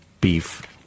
beef